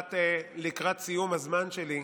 לקראת סיום הזמן שלי,